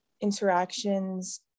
interactions